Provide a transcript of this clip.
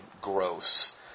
gross